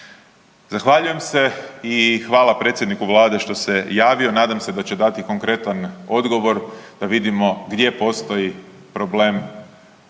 Zahvaljujem se i hvala predsjedniku vlade što se javio, nadam se da će dati konkretan odgovor da vidimo gdje postoji problem